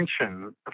attention